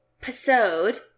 episode